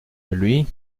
lui